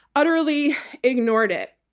utterly ignored it.